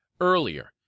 earlier